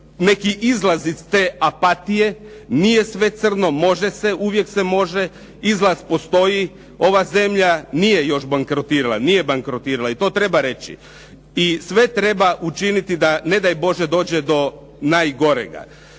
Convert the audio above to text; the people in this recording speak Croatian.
neki izlaz iz te apatije. Nije sve crno, može se, uvijek se može, izlaz postoji. Ova zemlja nije još bankrotirala, nije bankrotirala i to treba reći. I sve treba učiniti da, ne daj Bože dođe do najgorega.